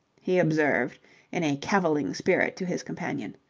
he observed in a cavilling spirit to his companion.